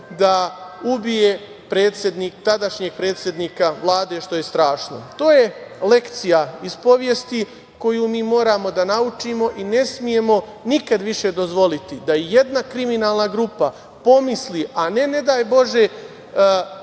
da ubije tadašnjeg predsednika Vlade, što je strašno. To je lekcija iz istorije koju mi moramo da naučimo i ne smemo nikad više dozvoliti da ijedna kriminalna grupa pomisli, a ne, ne daj Bože,